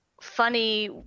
funny